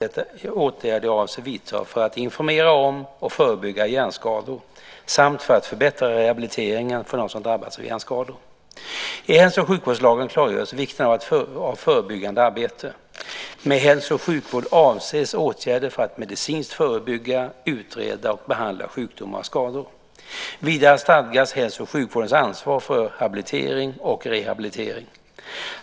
Fru talman! Lars-Ivar Ericson har frågat mig vilka åtgärder jag avser vidta för att informera om och förebygga hjärnskador samt för att förbättra rehabiliteringen för dem som drabbats av hjärnskador. I hälso och sjukvårdslagen, HSL, klargörs vikten av förebyggande arbete. Med hälso och sjukvård avses åtgärder för att medicinskt förebygga, utreda och behandla sjukdomar och skador. Vidare stadgas hälso och sjukvårdens ansvar för habilitering och rehabilitering.